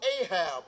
Ahab